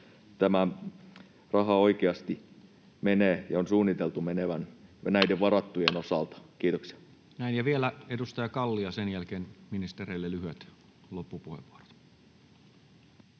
tämä raha oikeasti menee ja on suunniteltu menevän näiden varattujen osalta? — Kiitoksia. Näin. — Ja vielä edustaja Kalli, ja sen jälkeen ministereille lyhyet loppupuheenvuorot.